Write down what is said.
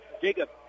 Jacob